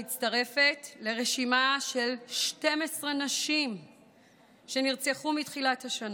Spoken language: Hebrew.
מצטרפת לרשימה של 12 נשים שנרצחו מתחילת השנה.